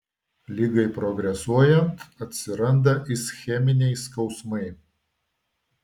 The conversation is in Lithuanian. ligai progresuojant atsiranda ischeminiai skausmai